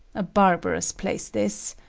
a barbarous place, this!